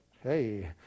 hey